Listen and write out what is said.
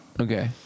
Okay